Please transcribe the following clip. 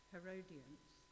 Herodians